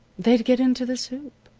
they'd get into the soup.